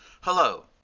Hello